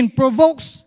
provokes